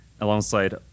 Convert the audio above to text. alongside